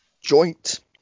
joint